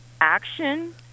action